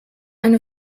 eine